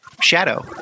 Shadow